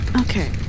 Okay